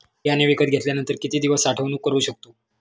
बियाणे विकत घेतल्यानंतर किती दिवस साठवणूक करू शकतो?